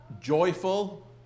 joyful